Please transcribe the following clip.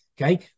okay